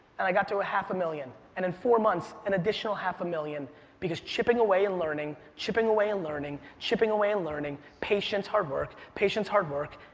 and i got to a half a million. and in four months, an additional half a million because chipping away and learning, chipping away and learning, chipping away and learning, patience, hard work, patience, hard work,